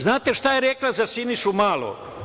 Znate šta je rekla za Sinišu Malog?